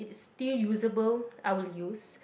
it's still useable I will use